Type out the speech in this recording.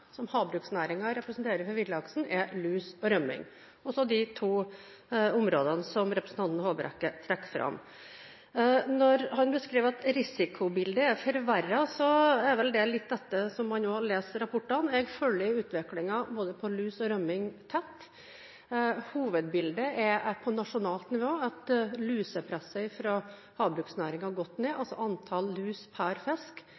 som havbruksnæringen representerer for villaksen, er lus og rømming – de to områdene som representanten Håbrekke trekker fram. Når han beskriver risikobildet som forverret, kommer vel det litt an på hvordan man leser rapportene. Jeg følger utviklingen tett, både hva gjelder lus og rømming. Hovedbildet er at på nasjonalt nivå har lusepresset fra havbruksnæringen gått ned, altså at antall lus per fisk